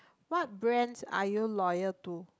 what brands are you loyal to